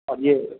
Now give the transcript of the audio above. آپ یہ